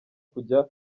kujya